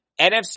NFC